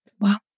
wow